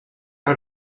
out